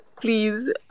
please